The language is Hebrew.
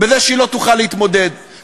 שלא יהיה לגביה רוב של 61,